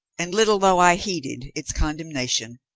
and, little though i heeded its condemnation,